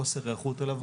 בחוסר הערכות אליו,